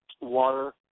water